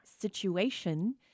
situation